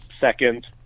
second